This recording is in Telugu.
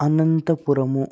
అనంతపురము